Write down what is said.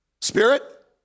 Spirit